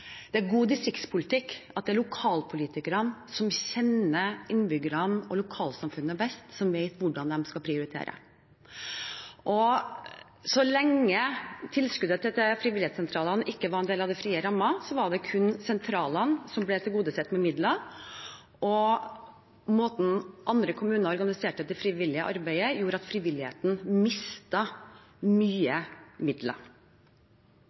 Det er god distriktspolitikk at det er lokalpolitikerne, som kjenner innbyggerne og lokalsamfunnet best, som vet hvordan de skal prioritere. Så lenge tilskuddet til frivilligsentralene ikke var en del av den frie rammen, var det kun sentralene som ble tilgodesett med midler. Måten andre kommuner organiserte det frivillige arbeidet på, gjorde at frivilligheten mistet mye midler.